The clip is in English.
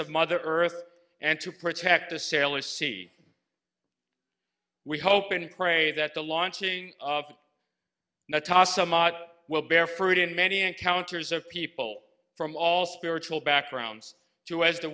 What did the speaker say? of mother earth and to protect the sailors sea we hope and pray that the launching of natasa will bear fruit in many encounters of people from all spiritual backgrounds to as the